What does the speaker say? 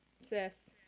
Sis